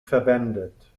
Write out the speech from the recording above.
verwendet